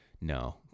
No